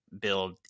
build